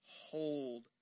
hold